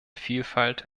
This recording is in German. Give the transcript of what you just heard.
vielfalt